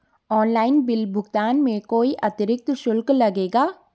Online bill भुगतान में कोई अतिरिक्त शुल्क लगेगा?